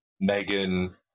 Megan